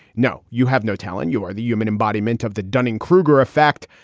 no, you have no talent. you are the human embodiment of the dunning kruger effect.